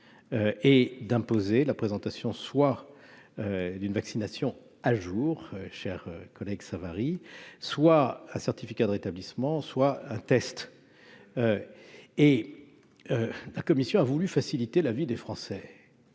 et d'imposer la présentation soit d'une vaccination à jour, cher collègue René-Paul Savary, soit d'un certificat de rétablissement, soit d'un test. La commission des lois a voulu faciliter la vie des Français.